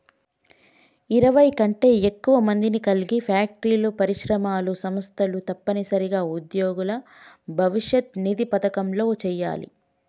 ఇరవై కంటే ఎక్కువ మందిని కలిగి ఫ్యాక్టరీలు పరిశ్రమలు సంస్థలు తప్పనిసరిగా ఉద్యోగుల భవిష్యత్ నిధి పథకంలో చేయాలి